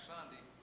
Sunday